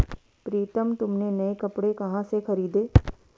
प्रितम तुमने नए कपड़े कहां से खरीदें?